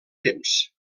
temps